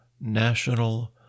National